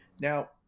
Now